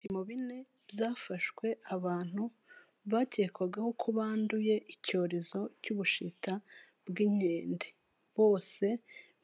Ibipimo bine byafashwe abantu bakekwagaho ko banduye icyorezo cy'ubushita bw'inkende, bose